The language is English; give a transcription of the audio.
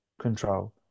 control